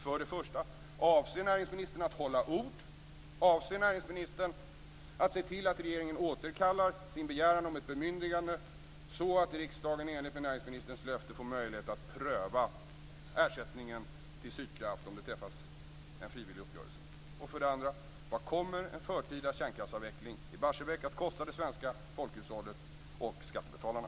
För det första: Avser näringsministern att hålla ord? Avser näringsministern att se till att regeringen återkallar sin begäran om ett bemyndigande, så att riksdagen i enlighet med näringsministerns löfte får möjlighet att pröva ersättningen till Sydkraft om det träffas en frivillig uppgörelse? För det andra: Vad kommer en förtida kärnkraftsavveckling i Barsebäck att kosta det svenska folkhushållet och skattebetalarna?